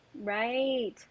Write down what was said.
Right